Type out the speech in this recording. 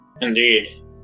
Indeed